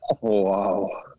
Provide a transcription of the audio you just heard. wow